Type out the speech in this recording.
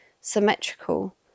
symmetrical